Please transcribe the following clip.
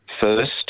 First